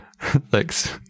Thanks